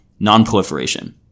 nonproliferation